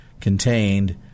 contained